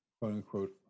quote-unquote